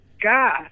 God